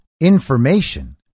information